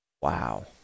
Wow